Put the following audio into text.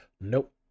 nope